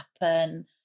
happen